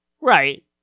Right